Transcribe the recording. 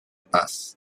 tas